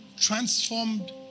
transformed